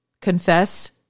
confess